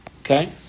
okay